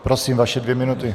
Prosím, vaše dvě minuty.